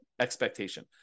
expectation